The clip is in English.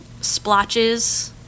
splotches